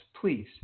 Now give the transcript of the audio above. Please